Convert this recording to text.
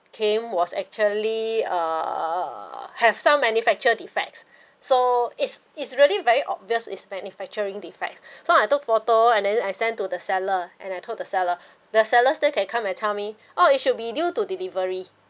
came was actually uh have some manufacture defects so it's it's really very obvious is manufacturing defects so I took photo and then I send to the seller and I told the seller the seller still can come and tell me oh it should be due to delivery